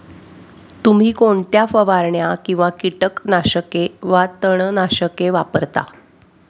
तुम्ही कोणत्या फवारण्या किंवा कीटकनाशके वा तणनाशके वापरता?